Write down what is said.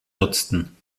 nutzten